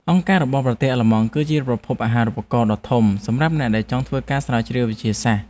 អង្គការរបស់ប្រទេសអាល្លឺម៉ង់គឺជាប្រភពអាហារូបករណ៍ដ៏ធំសម្រាប់អ្នកដែលចង់ធ្វើការស្រាវជ្រាវវិទ្យាសាស្ត្រ។